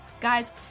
Guys